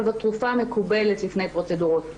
אבל זו תרופה מקובלת לפני פרוצדורות כואבות,